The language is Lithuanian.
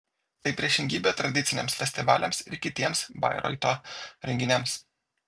tai priešingybė tradiciniams festivaliams ir kitiems bairoito renginiams